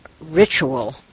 ritual